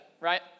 right